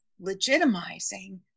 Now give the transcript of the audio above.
legitimizing